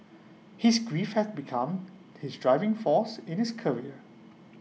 his grief has become his driving force in his career